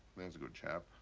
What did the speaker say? there's a good chap.